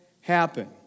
happen